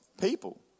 people